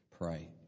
pray